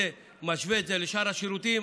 שמשווה את זה לשאר השירותים,